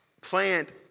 plant